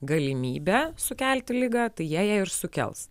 galimybę sukelti ligą tai jie ją ir sukels